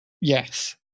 yes